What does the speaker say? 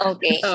Okay